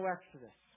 Exodus